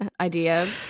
ideas